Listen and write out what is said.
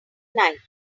night